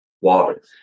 water